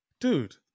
dude